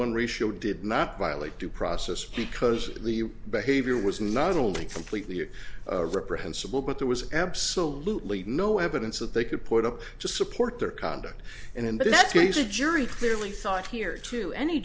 one ratio did not violate due process because the behavior was not only completely it reprehensible but there was absolutely no evidence that they could put up to support their conduct an investigation the jury clearly thought here to any